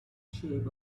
shape